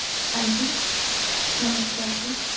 ਹਾਂਜੀ ਨਮਸਕਾਰ ਜੀ